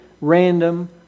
random